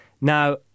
Now